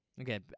Okay